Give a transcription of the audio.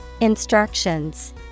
Instructions